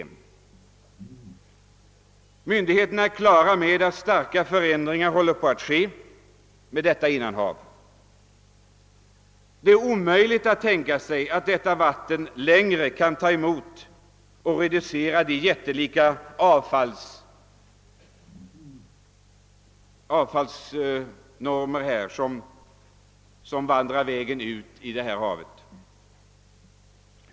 Myndigheterna är på det klara med att stora förändringar äger rum i detta innanhav. Det är omöjligt att tänka sig att Östersjön längre kan ta emot och reducera de enorma mängder avfall som vandrar ut i detta vatten.